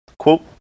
Quote